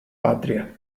patria